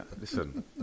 listen